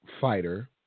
fighter